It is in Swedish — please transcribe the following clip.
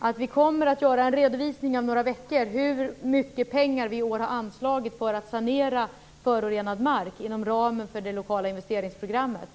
kan jag nämna att vi om några veckor kommer att göra en redovisning av hur mycket pengar vi i år har anslagit för att sanera förorenad mark inom ramen för det lokala investeringsprogrammet.